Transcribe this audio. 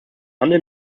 handel